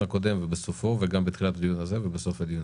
הקודם ובסופו וגם בתחילת הדיון הזה ובסופו.